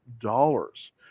dollars